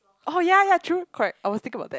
oh ya ya true correct I was thinking about that